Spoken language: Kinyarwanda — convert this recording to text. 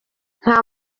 nta